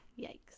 Yikes